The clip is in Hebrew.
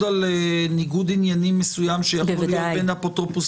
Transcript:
למשל על ניגוד עניינים מסוים שיכול להיות בין האפוטרופוס